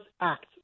act